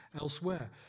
elsewhere